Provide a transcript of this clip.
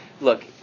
look